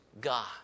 God